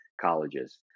colleges